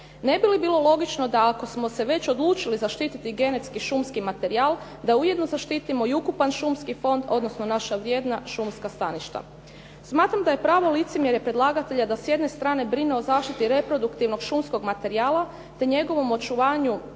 Ne bi li bilo logično da ako smo se već odlučili zaštititi genetski šumski materijal da ujedno zaštitimo i ukupan šumski fond odnosno naša vrijedna šumska staništa. Smatram da je pravo licemjerje predlagatelja da s jedne strane brine o zaštiti reproduktivnog šumskog materijala te njegovom očuvanja